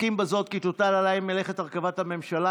מסכים בזאת כי תוטל עליי מלאכת הרכבת הממשלה